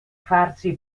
farsi